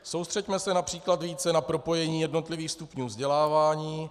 Soustřeďme se například více na propojení jednotlivých stupňů vzdělávání.